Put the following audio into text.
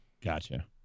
gotcha